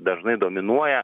dažnai dominuoja